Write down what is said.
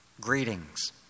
Greetings